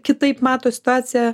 kitaip mato situaciją